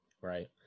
Right